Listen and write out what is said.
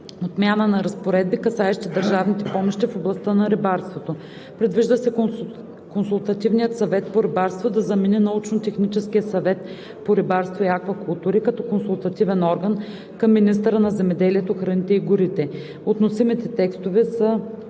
отмяна на разпоредби, касаещи държавните помощи в областта на рибарството. Предвижда се Консултативният съвет по рибарство да замени Научно-техническия съвет по рибарство и аквакултури като консултативен орган към министъра на земеделието, храните и горите. Относимите текстове са